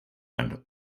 and